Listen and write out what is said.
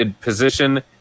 position